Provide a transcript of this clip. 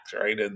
right